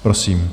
Prosím.